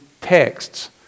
texts